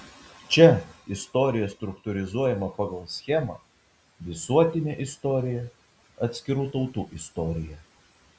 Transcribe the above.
čia istorija struktūrizuojama pagal schemą visuotinė istorija atskirų tautų istorija